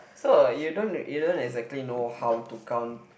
so you don't you don't exactly know how to count